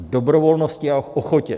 Dobrovolnosti a ochotě.